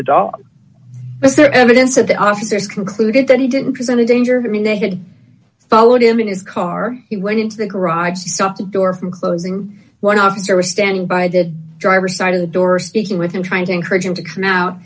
the evidence that the officers concluded that he didn't present a danger to me they had followed him in his car he went into the garage door from closing one officer was standing by did driver side of the door speaking with him trying to encourage him to come